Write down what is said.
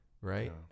right